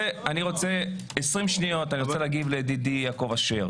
20 שניות לידידי יעקב אשר